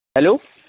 hello